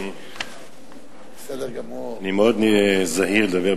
אני מאוד זהיר, לדבר בעדינות.